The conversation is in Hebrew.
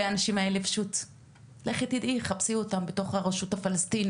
ועכשיו לכי תחפשי אותם בתוך הרשות הפלסטינית.